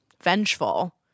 vengeful